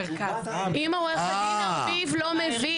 אם עורך דין ארביב לא מבין,